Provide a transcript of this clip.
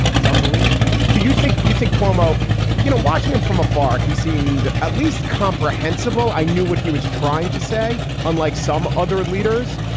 it's unbelievable. so you think you think cuomo you know, watching him from afar, he seemed at least comprehensible. i knew what he was trying to say. unlike some other leaders.